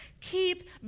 Keep